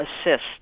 assist